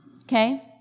Okay